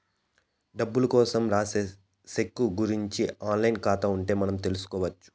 డబ్బులు కోసం రాసే సెక్కు గురుంచి ఆన్ లైన్ ఖాతా ఉంటే మనం తెల్సుకొచ్చు